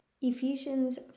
Ephesians